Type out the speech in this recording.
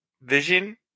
Vision